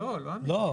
לא, לא אמירה כללית.